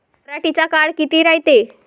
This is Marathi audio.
पराटीचा काळ किती रायते?